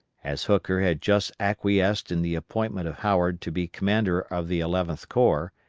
as hooker had just acquiesced in the appointment of howard to be commander of the eleventh corps,